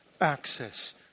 access